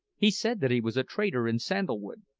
he said that he was a trader in sandal-wood,